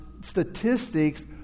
statistics